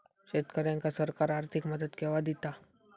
शेतकऱ्यांका सरकार आर्थिक मदत केवा दिता?